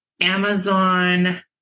Amazon